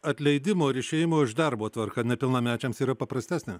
atleidimo ir išėjimo iš darbo tvarka nepilnamečiams yra paprastesnė